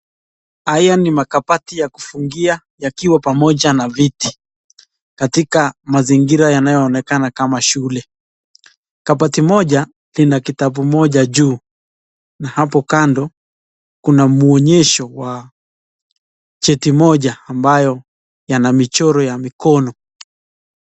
Haya ni makabati ya kufungia yakiwa pamoja na viti katika mazingira yanayoonekana kama shule kabati moja lina kitabu moja juu na hapo kando kuna muonyesho wa cheti moja ambayo yana michoro ya mikono.